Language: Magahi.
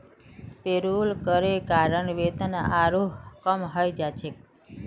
पेरोल करे कारण वेतन आरोह कम हइ जा छेक